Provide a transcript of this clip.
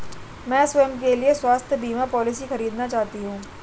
मैं स्वयं के लिए स्वास्थ्य बीमा पॉलिसी खरीदना चाहती हूं